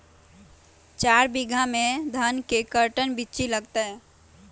चार बीघा में धन के कर्टन बिच्ची लगतै?